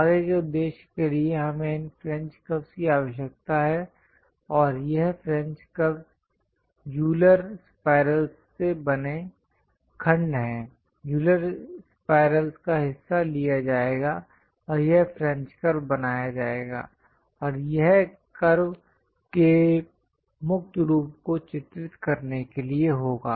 आगे के उद्देश्य के लिए हमें इन फ्रेंच कर्वस् की आवश्यकता है और यह फ्रेंच कर्वस् यूलर सर्पिल से बने खंड हैं यूलर सर्पिल का हिस्सा लिया जाएगा और यह फ्रेंच कर्व बनाया जाएगा और यह कर्व के मुक्त रूप को चित्रित करने के लिए होगा